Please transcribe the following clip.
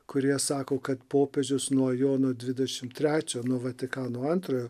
kurie sako kad popiežius nuo jono dvidešimt trečio nuo vatikano antrojo